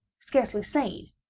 scarcely sane,